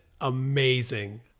amazing